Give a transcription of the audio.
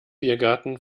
biergarten